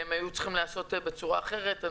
והיו צריכים להיעשות בצורה אחרת.